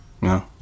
No